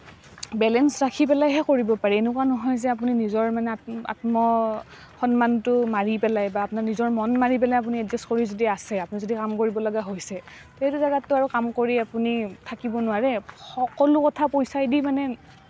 balance ৰাখি পেলাইহে কৰিব পাৰি এনেকুৱা নহয় যে আপুনি নিজৰ মানে আত্ম আত্মসন্মানটো মাৰি পেলাই বা আপোনাৰ নিজৰ মন মাৰি পেলাই আপুনি এডজাষ্ট কৰি যদি আছে আপুনি কাম কৰিবলগা হৈছে সেইটো জেগাততো আৰু আপুনি কাম কৰি আপুনি থাকিব নোৱাৰে সকলো কথা পইচাইদি মানে